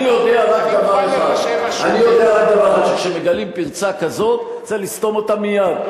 אני יודע רק דבר אחד: כשמגלים פרצה כזאת צריך לסתום אותה מייד,